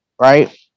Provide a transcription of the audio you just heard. right